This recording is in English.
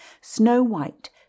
snow-white